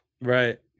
Right